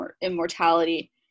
immortality